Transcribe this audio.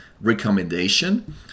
recommendation